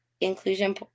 inclusion